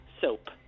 soap